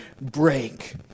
break